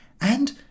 and